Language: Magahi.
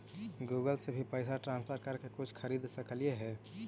गूगल से भी पैसा ट्रांसफर कर के कुछ खरिद सकलिऐ हे?